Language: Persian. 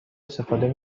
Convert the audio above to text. استفاده